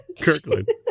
kirkland